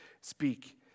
speak